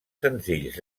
senzills